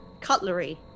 cutlery